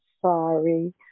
sorry